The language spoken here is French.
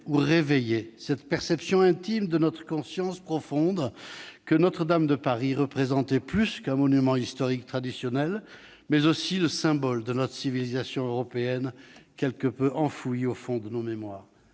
ou réveillait -cette perception intime de notre conscience profonde que Notre-Dame de Paris représentait plus qu'un monument historique traditionnel, mais aussi le symbole de notre civilisation européenne quelque peu enfoui au fond de nos mémoires.